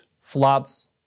floods